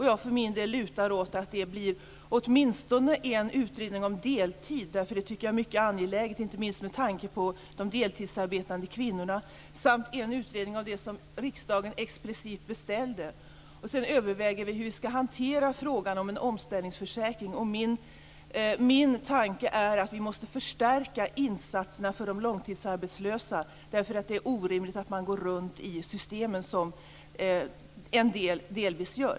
Jag för min del lutar åt att det blir åtminstone en utredning om deltid, något jag tycker är mycket angeläget inte minst med tanke på de deltidsarbetande kvinnorna, samt en utredning av det som riksdagen explicit beställde. Sedan överväger vi hur vi skall hantera frågan om en omställningsförsäkring. Min tanke är att vi måste förstärka insatserna för de långtidsarbetslösa. Det är orimligt att gå runt i systemen som vissa av dem delvis gör.